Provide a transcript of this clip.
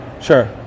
sure